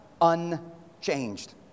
unchanged